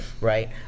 right